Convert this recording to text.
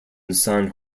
san